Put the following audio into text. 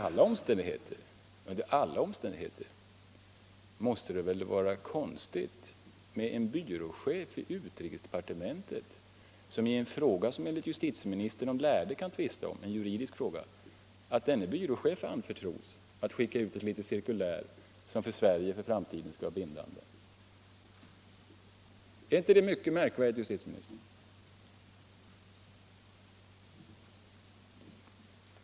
Jag tycker det. Under alla omständigheter måste det väl vara konstigt att en byråchef i utrikesdepartementet i en juridisk fråga, som enligt justitieministern de lärde kan tvista om, anförtros att skicka ut ett litet cirkulär som för Sverige utomlands i framtiden skall vara bindande. Är inte det mycket märkvädigt, herr justitieminister?